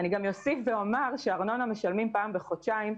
אוסיף ואומר שארנונה משלמים פעם בחודשיים,